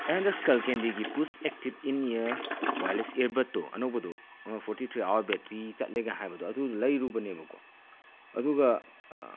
ꯑꯩ ꯍꯟꯗꯛ ꯁ꯭ꯀꯜꯀꯦꯟꯗꯤꯒꯤ ꯄꯨꯁ ꯑꯦꯛꯇꯤꯚ ꯏꯟ ꯑꯦꯌꯥꯔ ꯋꯦꯌꯥꯔꯂꯦꯁ ꯏꯌꯥꯔꯕꯠꯇꯣ ꯑꯅꯧꯕꯗꯣ ꯑꯃ ꯐꯣꯔꯇꯤꯊ꯭ꯔꯤ ꯑꯋꯥꯔ ꯕꯦꯇꯔꯤ ꯆꯠꯂꯦꯒ ꯍꯥꯏꯕꯗꯣ ꯑꯗꯨꯗꯣ ꯂꯩꯔꯨꯕꯅꯦꯕꯀꯣ ꯑꯗꯨꯒ